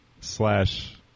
slash